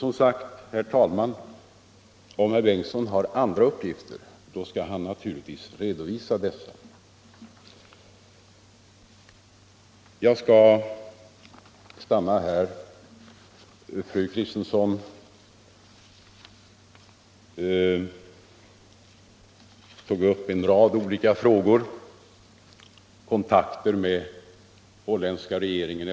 Om herr Bengtsson har andra uppgifter, skall han som sagt, herr talman, naturligtvis redovisa detta. Fru Kristensson tog upp en rad olika frågor, bl.a. våra kontakter med den holländska regeringen.